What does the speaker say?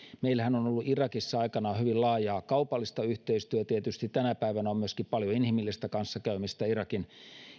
meillähän on ollut irakissa aikanaan hyvin laajaa kaupallista yhteistyötä ja tietysti tänä päivänä on myöskin paljon inhimillistä kanssakäymistä irakin